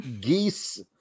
Geese